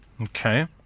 Okay